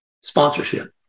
sponsorship